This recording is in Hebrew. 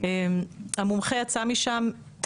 המומחה יצא משם,